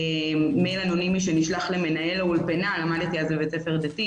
מייל אנונימי שנשלח למנהל האולפנה למדתי אז בבית ספר דתי